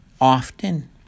Often